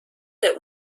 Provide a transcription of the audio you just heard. der